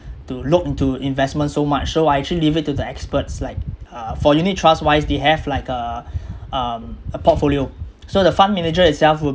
to look into investments so much so I actually leave it to the experts like uh for unit trust wise they have like a um a portfolio so the fund manager itself would